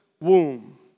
womb